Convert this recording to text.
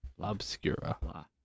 Obscura